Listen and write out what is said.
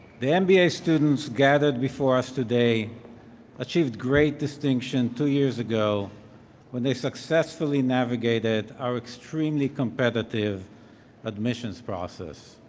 the and mba students gathered before us today achieved great distinction two years ago when they successfully navigated our extremely competitive admissions process.